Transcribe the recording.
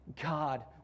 God